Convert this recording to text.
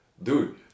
Dude